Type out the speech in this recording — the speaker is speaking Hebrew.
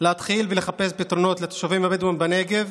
להתחיל לחפש פתרונות לתושבים הבדואים בנגב